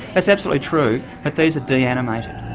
that's absolutely true but these are de-animated.